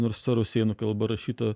nors ta rusėnų kalba rašyta